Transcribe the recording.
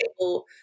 able